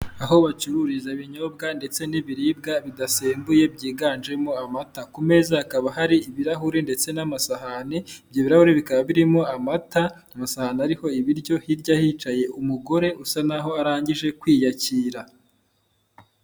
Aho bacururiza ibinyobwa ndetse n'ibiribwa bidasembuye byiganjemo amata. Ku meza hakaba hari ibirahuri ndetse n'amasahani ibyo birarahuri bikaba birimo amata amasahane ariho ibiryo hirya hicaye umugore usa naho arangije kwiyakira.